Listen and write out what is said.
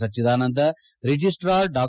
ಸಚ್ಚಿದಾನಂದ registrar ಡಾ